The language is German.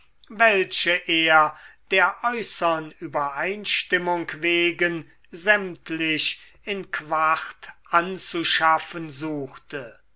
welche er der äußern übereinstimmung wegen sämtlich in quart anzuschaffen suchte